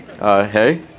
Hey